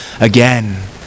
again